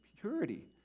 purity